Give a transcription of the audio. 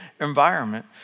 environment